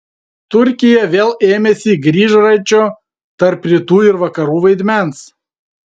turkija vėl ėmėsi grįžračio tarp rytų ir vakarų vaidmens